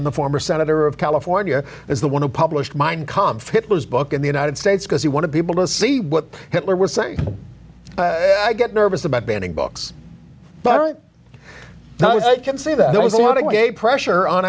cranston the former senator of california is the one who published mine comfits was book in the united states because he wanted people to see what hitler was saying i get nervous about banning books but now i can see that there was a lot of gay pressure on